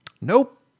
Nope